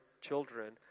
children